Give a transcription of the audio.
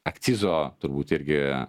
akcizo turbūt irgi